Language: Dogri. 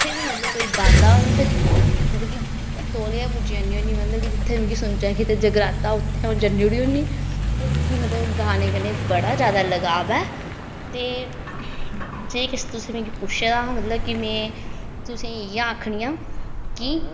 जित्थें बी मतलब केई गांदा होऐ उत्थै मतलब कि तौले गै पुज्जी जन्नी होन्नी मतलब कि जित्थें मिगी सनोचै कि किदे जगराता उत्थें अ'ऊं जन्नी उठी होन्नी ते मिगी मतलब गाने कन्नै बड़ा ज्यादा लगाव ऐ ते जे किश तुसें मिगी पुच्छे दा हा मतलब कि में तुसें गी इ'यै आखनी आं कि